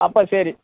അപ്പം ശരി